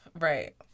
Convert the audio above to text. Right